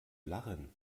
lachen